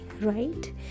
right